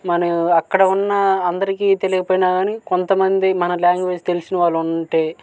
మనం అక్కడ ఉన్న అందరికీ తెలియకపోయినా కానీ కొంతమంది మన లాంగ్వేజ్ తెలిసిన వాళ్ళు ఉంటే